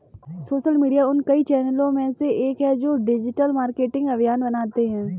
social media उन कई चैनलों में से एक है जो डिजिटल मार्केटिंग अभियान बनाते हैं